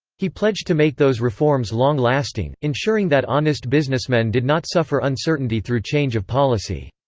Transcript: he pledged to make those reforms long-lasting, ensuring that honest businessmen did not suffer uncertainty through change of policy.